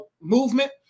movement